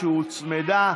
שהוצמדה.